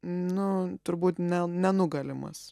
nu turbūt ne nenugalimas